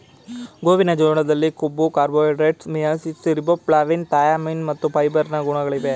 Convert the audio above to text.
ಗೋವಿನ ಜೋಳದಲ್ಲಿ ಕೊಬ್ಬು, ಕಾರ್ಬೋಹೈಡ್ರೇಟ್ಸ್, ಮಿಯಾಸಿಸ್, ರಿಬೋಫ್ಲಾವಿನ್, ಥಯಾಮಿನ್ ಮತ್ತು ಫೈಬರ್ ನ ಗುಣಗಳಿವೆ